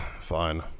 fine